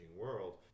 world